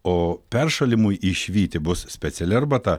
o peršalimui išvyti bus speciali arbata